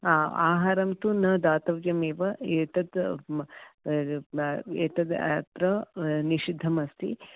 आहारं तु न दातव्यम् एव एतत् अत्र निषिद्धम् अस्ति